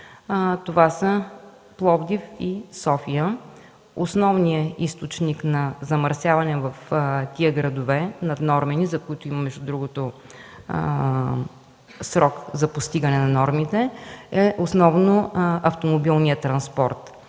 Това са Пловдив и София. Основният източник на замърсяване в тези градове – наднормени, за които има, между другото, срок за постигане на нормите – е основно в автомобилния транспорт.